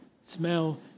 smell